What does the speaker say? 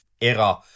era